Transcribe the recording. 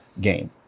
game